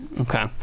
Okay